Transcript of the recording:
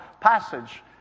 passage